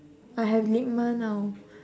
I have LIGMA now